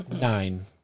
nine